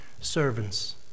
servants